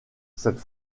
cette